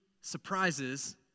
surprises